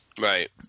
Right